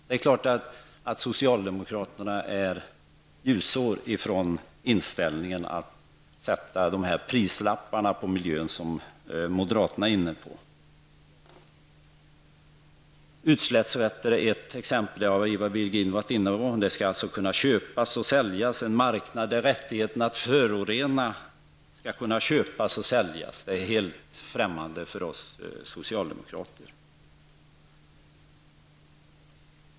Det är självklart att socialdemokraterna är ljusår ifrån den inställningen att sätta prislappar på miljön, som moderaterna är inne på. Utsläppsrätter är ett exempel. Det var Ivar Virgin inne på. Man skall alltså kunna köpa och sälja utsläppsrätter. Det skulle bli en marknad där rättigheterna att förorena skulle kunna köpas och säljas. Det är helt främmande för oss socialdemokrater.